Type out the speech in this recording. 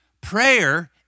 prayer